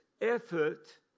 effort